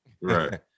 Right